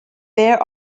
there